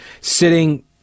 sitting